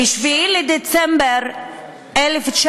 ב-7 בדצמבר 1956